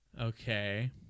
okay